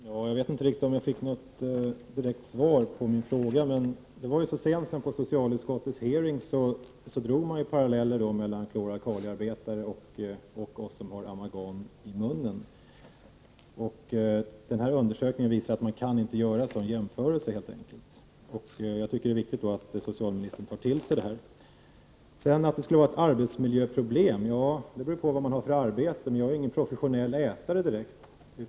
Fru talman! Jag vet inte riktigt om jag fick något direkt svar på min fråga. Så sent som vid socialutskottets utfrågning drogs det paralleller mellan klor-alkaliarbetare och oss som har amalgam i munnen, och denna undersökning visar att man helt enkelt inte kan göra en sådan jämförelse. Jag tycker det är viktigt att socialministern tar till sig detta. Det skulle vara ett arbetsmiljöproblem, sade socialministern. Det beror väl på vad man har för arbete. Jag är ingen professionell ätare, precis.